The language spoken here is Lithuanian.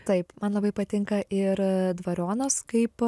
taip man labai patinka ir dvarionas kaip